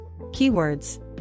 Keywords